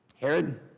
Herod